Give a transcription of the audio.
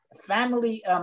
family